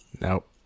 Nope